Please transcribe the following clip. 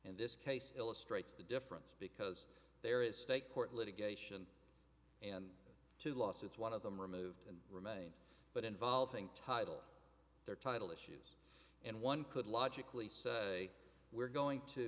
in this case illustrates the difference because there is state court litigation and two lawsuits one of them removed and remain but involving title their title issues and one could logically say we're going to